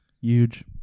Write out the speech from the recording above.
Huge